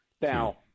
Now